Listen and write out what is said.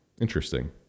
Interesting